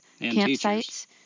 campsites